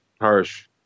harsh